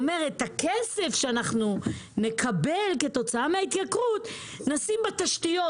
את הכסף שאנחנו נקבל כתוצאה מההתייקרות נשים בתשתיות,